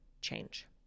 change